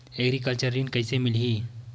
Agriculture ऋण कइसे मिलही?